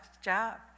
job